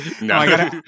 No